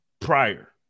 prior